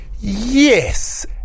Yes